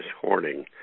hoarding